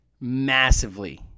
massively